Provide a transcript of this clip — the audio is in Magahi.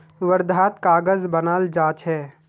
वर्धात कागज बनाल जा छे